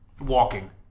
Walking